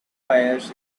fires